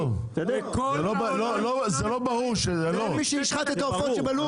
אין מי שישחט את העופות שבלול.